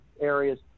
areas